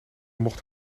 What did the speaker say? mocht